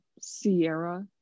Sierra